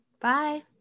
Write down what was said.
Bye